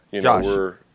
Josh